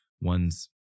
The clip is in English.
ones